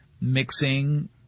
mixing